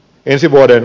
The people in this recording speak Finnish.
ensi vuoden